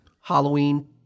Halloween